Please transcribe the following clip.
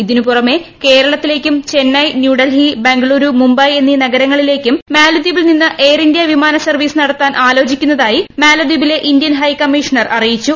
ഇതിന് പുറമെ കേരളത്തിലേക്കും ചെന്നൈ ന്യൂഡൽഹി ബംഗളൂരു മുംബൈ എന്നീ നഗരങ്ങളിലേക്കും മാലദ്വീപിൽ നിന്ന് എയർ ഇന്ത്യ വിമാന സർവ്വീസ് നടത്താൻ ആലോചിക്കുന്നതായി മാലദ്വീപിലെ ഇന്ത്യൻ ഹൈക്കമ്മിഷണർ അറിയിച്ചു